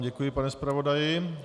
Děkuji vám, pane zpravodaji.